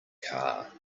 car